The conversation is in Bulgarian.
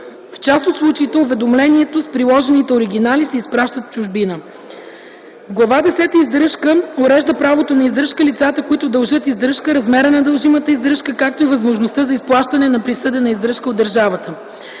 В част от случаите уведомлението с приложените оригинали се изпращат в чужбина. В Глава десета „Издръжка” се урежда правото на издръжка, лицата, които дължат издръжка, размерът на дължимата издръжка, както и възможността за изплащане на присъдена издръжка от държавата.